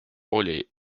oli